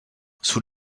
sous